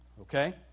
Okay